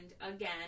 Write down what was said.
again